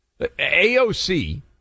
AOC